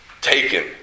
taken